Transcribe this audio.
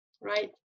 right